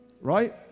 right